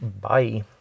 bye